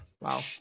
Wow